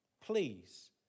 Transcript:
Please